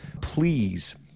Please